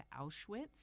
Auschwitz